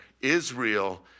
Israel